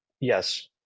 Yes